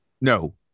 No